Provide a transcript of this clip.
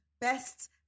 Best